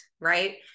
right